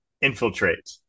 infiltrate